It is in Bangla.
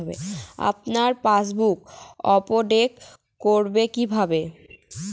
আপনার পাসবুক আপডেট করবেন কিভাবে?